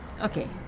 okay